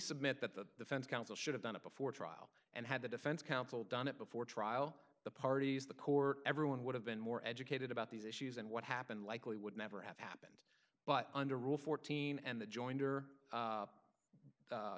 submit that the fence counsel should have done it before trial and had the defense counsel done it before trial the parties the court everyone would have been more educated about these issues and what happened likely would never have happened but under rule fourteen and the join